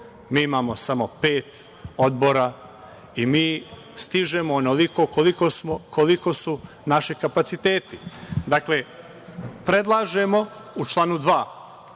Mi imamo samo pet odbora i mi stižemo onoliko koliko su naši kapaciteti. Dakle, predlažemo u članu 2.